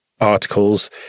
articles